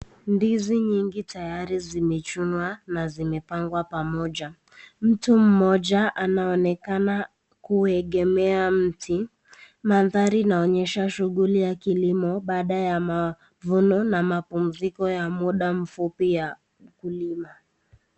Ndizi nyingi tayari zimechunwa na zimepangwa pamoja. Mtu mmoja anaonekana kuegemea mti. Mandhari inaonyesha shughuli ya kilimo, baada ya mavuno na mapumziko ya muda mfupi ya ukulima.